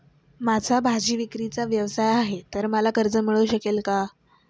माझा भाजीविक्रीचा व्यवसाय आहे तर मला कर्ज मिळू शकेल का?